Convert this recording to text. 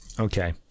Okay